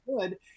good